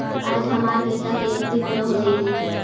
आज हमार बेटा के एफ.डी पूरा हो जयतई